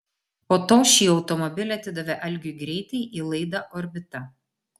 po to šį automobilį atidavė algiui greitai į laidą orbita